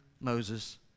Moses